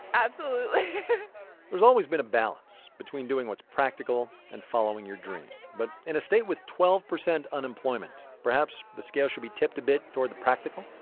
absolutely there's always been a balance between doing what's practical and following your dream. but in a state with twelve percent unemployment, perhaps the scales should be tipped a bit toward the practical?